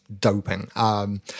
doping